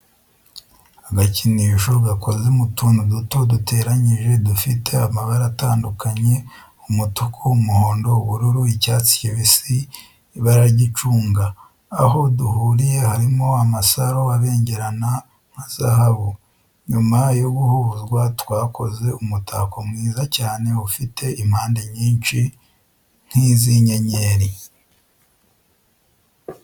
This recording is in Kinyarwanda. Agakinisho gakoze mu tuntu duto duteranyije dufite amabara atandukanye umutuku, umuhondo, ubururu, icyatsi kibisi, ibarara ry'icunga. Aho duhuriye harimo amasaro abengerana nka zahabu, nyuma yo guhuzwa twakoze umutako mwiza cyane ufite impande nyinshi nk'izi' inyenyeri.